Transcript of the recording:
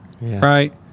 right